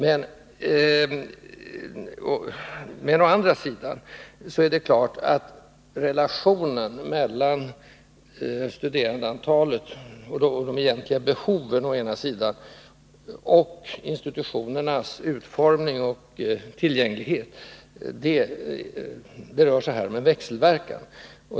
Men när det gäller relationen mellan studerandeantalet och de egentliga behoven å ena sidan och institutionernas utformning och tillgänglighet å andra sidan, så är det klart att det rör sig om en växelverkan.